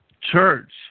church